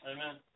Amen